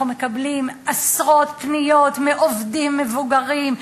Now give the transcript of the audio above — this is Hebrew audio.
אנחנו מקבלים עשרות פניות מעובדים מבוגרים,